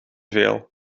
veel